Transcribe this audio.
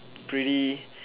pretty